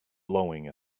blowing